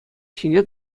ҫине